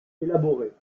élaborées